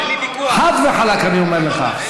חד וחלק אני אומר לך.